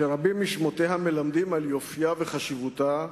ורבים משמותיה מלמדים על יופיה וחשיבותה,